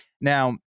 Now